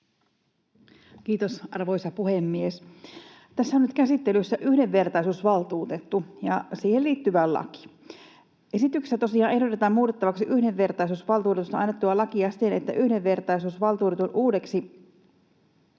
Kiitos, arvoisa puhemies! Tässä on nyt käsittelyssä yhdenvertaisuusvaltuutettu ja siihen liittyvä laki. Esityksessä tosiaan ehdotetaan muutettavaksi yhdenvertaisuusvaltuutetusta annettua lakia siten, että yhdenvertaisuusvaltuutetun uudeksi